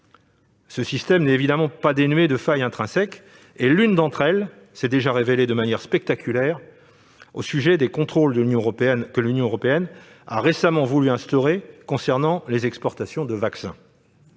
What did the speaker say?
Ce système n'est pas dénué de failles intrinsèques. L'une d'entre elles s'est déjà révélée de manière spectaculaire au sujet des contrôles que l'Union européenne a récemment voulu instaurer sur les exportations de vaccins.